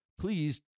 Please